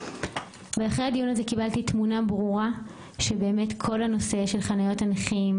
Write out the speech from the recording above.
אחרי הדיון הזה קיבלתי תמונה ברורה שבאמת כל נושא חניות הנכים,